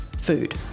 food